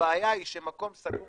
הבעיה היא שמקום סגור